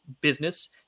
business